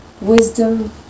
wisdom